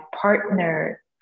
partner